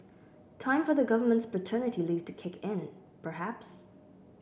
time for the government's paternity leave to kick in perhaps